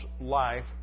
life